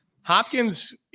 Hopkins